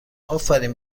آفرین